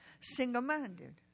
Single-minded